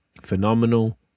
Phenomenal